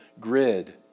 grid